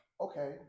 Okay